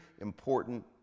important